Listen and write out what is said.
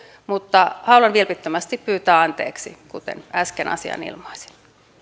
mutta haluan vilpittömästi pyytää anteeksi kuten äsken asian ilmaisin